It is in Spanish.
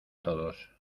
todos